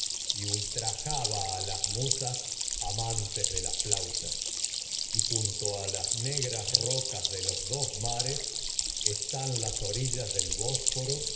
las fuego ultrajaba a las musas rocas amantes de flautas y junto las negras de los dos mares están las orillas del